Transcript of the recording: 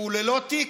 שהוא ללא תיק,